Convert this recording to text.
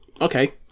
okay